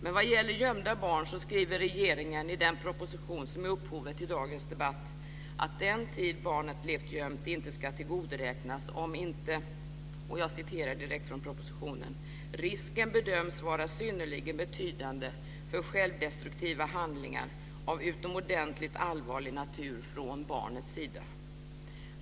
Men vad gäller gömda barn skriver regeringen i den proposition som är upphovet till dagens debatt att den tid barnet levt gömt inte ska tillgodoräknas om inte - jag citerar direkt ur propositionen: "- risken bedöms vara synnerligen betydande för självdestruktiva handlingar av utomordentligt allvarlig natur från barnets sida -".